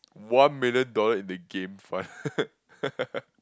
one million dollar into game fund